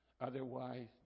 Otherwise